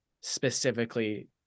specifically